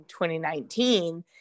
2019